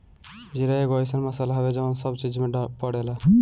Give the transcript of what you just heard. जीरा एगो अइसन मसाला हवे जवन सब चीज में पड़ेला